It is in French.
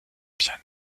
piano